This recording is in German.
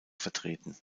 vertreten